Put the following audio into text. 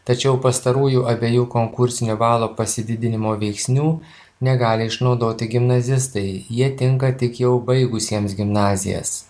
tačiau pastarųjų abiejų konkursinio balo pasididinimo veiksnių negali išnaudoti gimnazistai jie tinka tik jau baigusiems gimnazijas